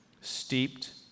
steeped